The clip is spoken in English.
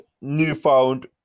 newfound